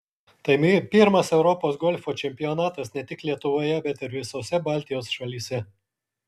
tai pirmas europos golfo čempionatas ne tik lietuvoje bet ir visose baltijos šalyse